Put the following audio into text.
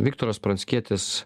viktoras pranckietis